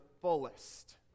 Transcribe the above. fullest